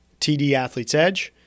tdathletesedge